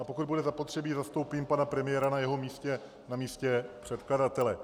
A pokud bude zapotřebí, zastoupím pana premiéra na jeho místě, na místě předkladatele.